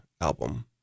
album